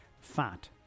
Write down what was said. Fat